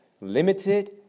limited